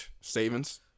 Savings